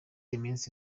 iminsi